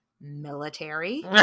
military